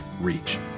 reach